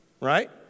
Right